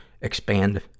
expand